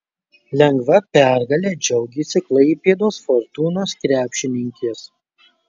lengva pergale džiaugėsi klaipėdos fortūnos krepšininkės